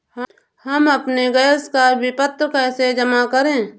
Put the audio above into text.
हम अपने गैस का विपत्र कैसे जमा करें?